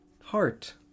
Heart